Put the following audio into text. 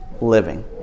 living